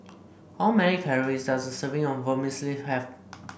how many calories does a serving of Vermicelli have